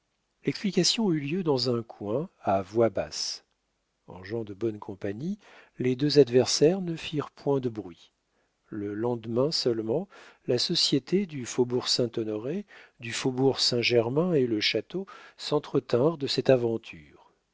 l'explication eut lieu dans un coin à voix basse en gens de bonne compagnie les deux adversaires ne firent point de bruit le lendemain seulement la société du faubourg saint-honoré du faubourg saint-germain et le château s'entretinrent de cette aventure